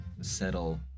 settle